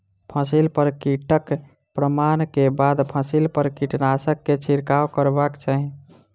फसिल पर कीटक प्रमाण के बाद फसिल पर कीटनाशक के छिड़काव करबाक चाही